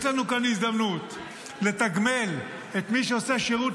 יש לנו כאן הזדמנות לתגמל את מי שעושה שירות